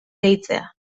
deitzea